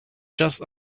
just